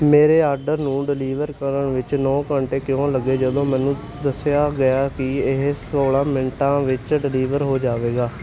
ਮੇਰੇ ਆਰਡਰ ਨੂੰ ਡਿਲੀਵਰ ਕਰਨ ਵਿੱਚ ਨੌ ਘੰਟੇ ਕਿਉਂ ਲੱਗੇ ਜਦੋਂ ਮੈਨੂੰ ਦੱਸਿਆ ਗਿਆ ਕਿ ਇਹ ਸੌਲਾਂ ਮਿੰਟਾਂ ਵਿੱਚ ਡਿਲੀਵਰ ਹੋ ਜਾਵੇਗਾ